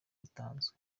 utazwi